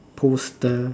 poster